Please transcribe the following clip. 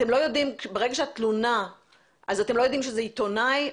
ברגע שיש תלונה אתם לא יודעים שזה עיתונאי,